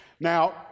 Now